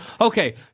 Okay